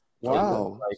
wow